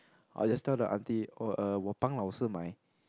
I'll just tell the Auntie oh 我帮老师买: wo bang lao shi mai